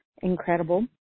incredible